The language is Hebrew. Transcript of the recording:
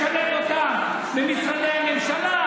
לשלב אותם במשרדי הממשלה,